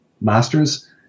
master's